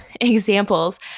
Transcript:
examples